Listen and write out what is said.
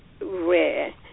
rare